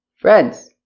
Friends